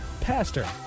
Pastor